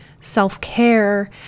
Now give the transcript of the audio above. self-care